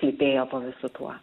slypėjo po visu tuo